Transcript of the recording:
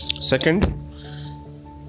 second